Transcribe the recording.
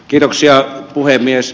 kiitoksia puhemies